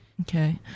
okay